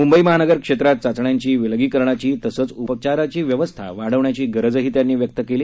मुंबई महानगर क्षेत्रात चाचण्यांची विलगीकरणाची तसेच उपचाराची व्यवस्था वाढवण्याची गरज त्यांनी व्यक्त केली